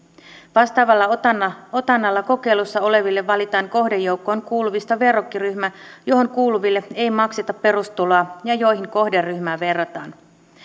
vastaavalla otannalla otannalla kokeilussa oleville valitaan kohdejoukkoon kuuluvista verrokkiryhmä johon kuuluville ei makseta perustuloa ja johon kohderyhmää verrataan